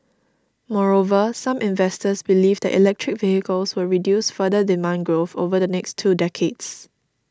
moreover some investors believe that electric vehicles will reduce future demand growth over the next two decades